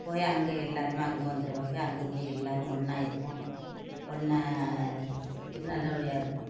போய் அங்கே எல்லோருமே அங்கே வந்துருவாக அங்கே போய் எல்லோருமே ஒன்றா இருப்போம் ஒன்றா இருந்து நல்லபடியாக இருப்போம்